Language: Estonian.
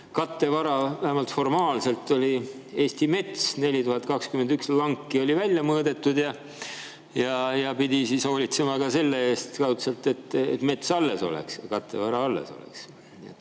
kattevara, vähemalt formaalselt, Eesti mets. 4021 lanki oli välja mõõdetud ja pidi hoolitsema ka selle eest kaudselt, et mets alles oleks, kattevara alles oleks.